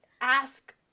ask